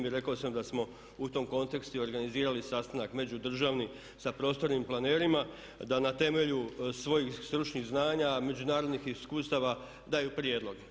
I rekao sam da smo u tom kontekstu i organizirali sastanak međudržavni sa prostornim planerima da na temelju svojih stručnih znanja, međunarodnih iskustava daju prijedloge.